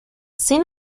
sin